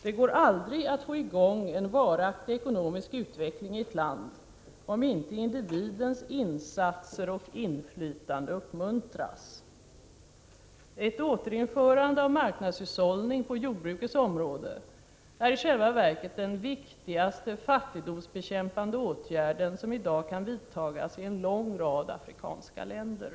Det går aldrig att få i gång en varaktig ekonomisk utveckling i ett land om inte individens insatser och inflytande uppmuntras. Ett återinförande av marknadshushållning på jordbrukets område är i själva verket den viktigaste fattigdomsbekämpande åtgärd som i dag kan vidtas i en lång rad afrikanska länder.